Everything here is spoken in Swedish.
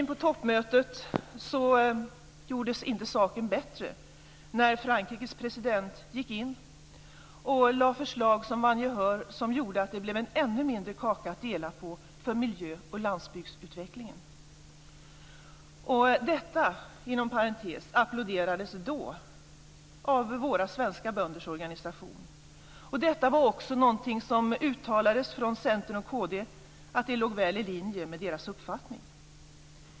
På toppmötet i Berlin gjordes inte saken bättre när Frankrikes president gick in och lade fram förslag som vann gehör och som gjorde att det blev en ännu mindre kaka att dela på för miljö och landsbygdsutvecklingen. Detta, inom parentes, applåderades då av våra svenska bönders organisation. Centern och Kristdemokraterna uttalade också att det låg väl i linje med deras uppfattning.